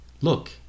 Look